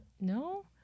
No